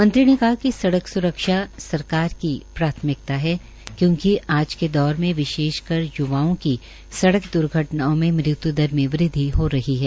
मंत्री ने कहा कि सड़क स्रक्षा स्रक्षा की प्राथमिकता है क्योकि आज के दौरे मे विशेषकर य्वाओं की सड़क द्र्घटनओं में मृत्य् दर में वृद्वि हो रही है